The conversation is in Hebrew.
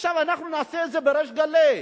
עכשיו אנחנו נעשה את זה בריש גלי,